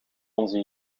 onze